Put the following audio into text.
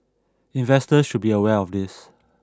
investors should be aware of this